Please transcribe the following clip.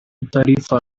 tarifa